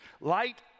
Light